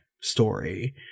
story